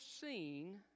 seen